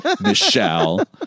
Michelle